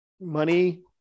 money